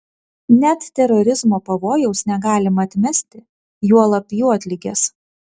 net terorizmo pavojaus negalima atmesti juolab juodligės